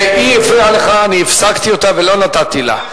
כשהיא הפריעה לך אני הפסקתי אותה ולא נתתי לה.